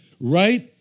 right